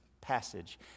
passage